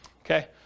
Okay